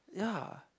ya